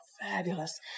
Fabulous